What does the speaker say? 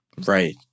Right